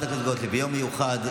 לא קראת את זה.